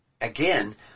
again